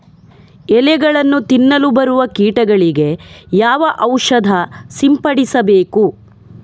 ಎಲೆಗಳನ್ನು ತಿನ್ನಲು ಬರುವ ಕೀಟಗಳಿಗೆ ಯಾವ ಔಷಧ ಸಿಂಪಡಿಸಬೇಕು?